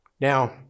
Now